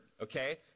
okay